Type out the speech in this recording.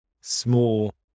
small